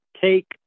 take